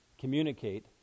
communicate